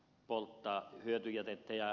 nyt tämä ed